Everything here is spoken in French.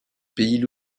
pays